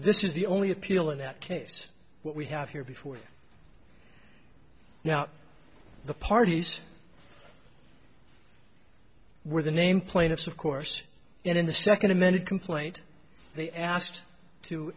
this is the only appeal in that case what we have here before now the parties where the name plaintiffs of course and in the second amended complaint they asked to